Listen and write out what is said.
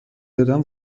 کردن